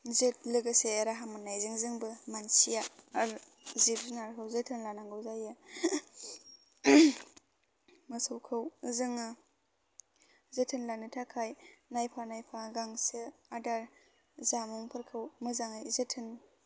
लोगोसे राहा मोननायजों जोंबो मानसिया जिब जुनारखौ जोथोन लानांगौ जायो मोसौखौ जोङो जोथोन लानो थाखाय नायफा नायफा गांसो आदार जामुंफोरखौ मोजाङै जोथोन